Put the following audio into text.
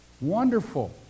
Wonderful